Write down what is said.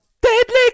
Deadly